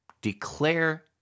declare